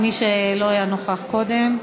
למי שלא היה נוכח קודם.